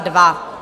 2.